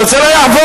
אבל זה לא יעבוד,